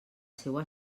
seua